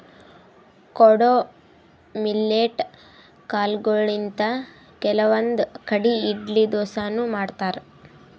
ಕೊಡೊ ಮಿಲ್ಲೆಟ್ ಕಾಲ್ಗೊಳಿಂತ್ ಕೆಲವಂದ್ ಕಡಿ ಇಡ್ಲಿ ದೋಸಾನು ಮಾಡ್ತಾರ್